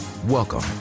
Welcome